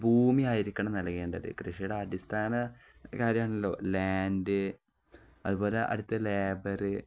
ഭൂമിയായിരിക്കണം നൽകേണ്ടത് കൃഷിയുടെ അടിസ്ഥാന കാര്യമാണല്ലോ ലാൻഡ് അതുപോലെ അടുത്ത ലേബര്